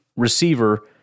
Receiver